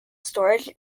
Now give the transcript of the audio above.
storage